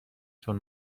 چون